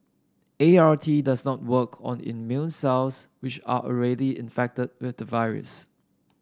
A R T does not work on immune cells which are already infected with the virus